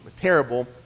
terrible